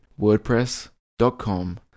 wordpress.com